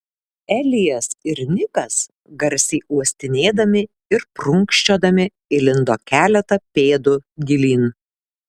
elijas ir nikas garsiai uostinėdami ir prunkščiodami įlindo keletą pėdų gilyn